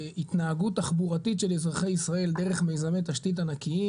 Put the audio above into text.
התנהגות תחבורתית של אזרחי ישראל דרך מיזמי תשתית ענקיים,